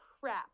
crap